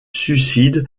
suicide